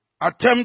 attempt